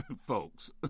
folks